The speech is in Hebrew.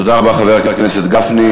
תודה רבה, חבר הכנסת גפני.